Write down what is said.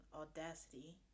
audacity